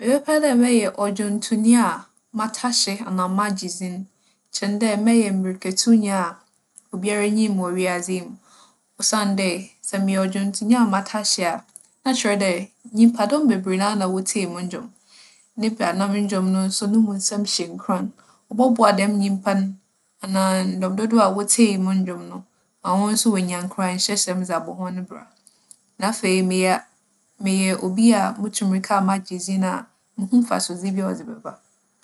Mebɛpɛ dɛ mɛyɛ ͻdwontownyi a matahye anaa magye dzin kyɛn dɛ mɛyɛ mbirikatunyi a obiara nyim me wͻ wiadze yi Osiandɛ, sɛ meyɛ ͻdwontownyi a matahye a, na kyerɛ dɛ, nyimpadͻm beberee noara na wotsie mo ndwom. Na ebia na mo ndwom no so no mu nsɛm hyɛ nkuran. ͻbͻboa dɛm nyimpa no anaa ndͻm dodow a wotsie mo ndwom no ma hͻn so woeenya nkuranhyɛ nsɛm dze abͻ hͻn bra. Na afei meya - meyɛ obi a mutu mbirika a magye dzin a, munnhu mfasodze biara a ͻdze bɛba.